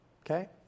Okay